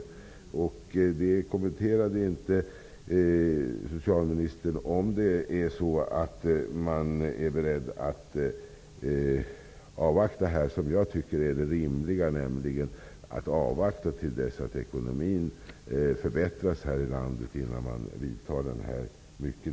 Socialministern kommenterade inte om man är beredd att avvakta med den mycket drastiska åtgärden, vilket jag tycker är rimligt, till dess att ekonomin förbättras här i landet.